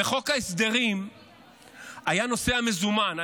בחוק ההסדרים היה נושא המזומן.